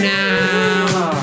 now